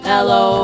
Hello